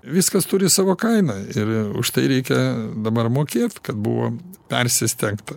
viskas turi savo kainą ir už tai reikia dabar mokėt kad buvo persistengta